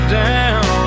down